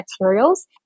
materials